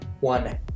One